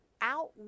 out